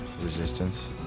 resistance